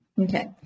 Okay